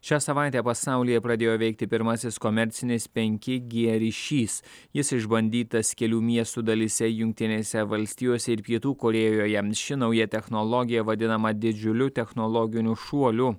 šią savaitę pasaulyje pradėjo veikti pirmasis komercinis penki g ryšys jis išbandytas kelių miestų dalyse jungtinėse valstijose ir pietų korėjoje ši nauja technologija vadinama didžiuliu technologiniu šuoliu